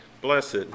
Blessed